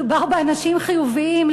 מדובר באנשים חיוביים,